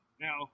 Now